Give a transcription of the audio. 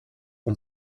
ont